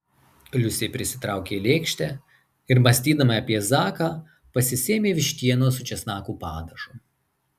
liusė prisitraukė lėkštę ir mąstydama apie zaką pasisėmė vištienos su česnakų padažu